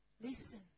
Listen